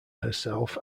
herself